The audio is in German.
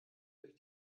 durch